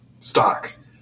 stocks